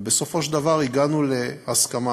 ובסופו של דבר הגענו להסכמה.